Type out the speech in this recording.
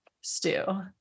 stew